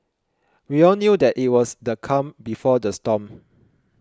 we all knew that it was the calm before the storm